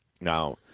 Now